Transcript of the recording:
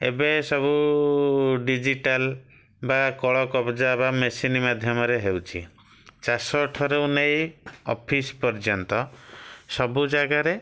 ଏବେ ସବୁ ଡିଜିଟାଲ୍ ବା କଳକବଜା ବା ମେସିନ ମାଧ୍ୟମରେ ହେଉଛି ଚାଷ ଠାରୁ ନେଇ ଅଫିସ୍ ପର୍ଯ୍ୟନ୍ତ ସବୁ ଜାଗାରେ